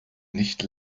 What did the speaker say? nicht